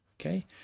okay